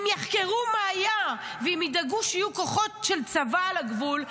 אם יחקרו מה היה ואם ידאגו שיהיו כוחות של צבא על הגבול,